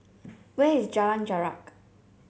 where is Jalan Jarak